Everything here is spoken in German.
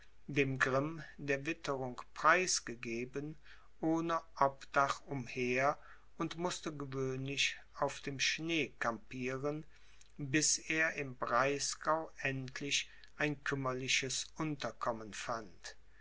dem grimm der witterung preisgegeben ohne obdach umher und mußte gewöhnlich auf dem schnee kampieren bis er im breisgau endlich ein kümmerliches unterkommen fand